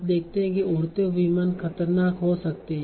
आप देखते हैं कि उड़ते हुए विमान खतरनाक हो सकते हैं